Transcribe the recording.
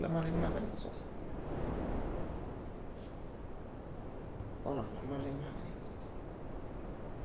Man rekk maa fa nekk soose. Olof la man rekk maa fa nekk soose.